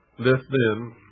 this, then,